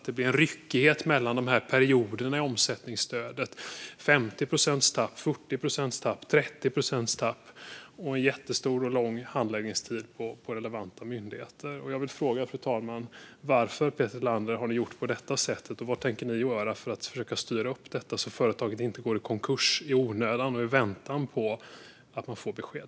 Det blir en ryckighet mellan perioderna i omsättningsstödet - 50 procents tapp, 40 procents tapp och 30 procents tapp - och en jättelång handläggningstid hos relevanta myndigheter. Jag vill fråga: Varför, Peter Helander, har ni gjort på detta sätt, och vad tänker ni göra för att styra upp detta, så att företag inte går i konkurs i onödan och i väntan på besked?